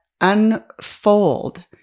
unfold